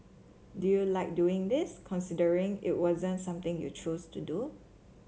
do you like doing this considering it wasn't something you chose to do